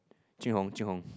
Jing Hong Jing Hong